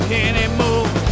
anymore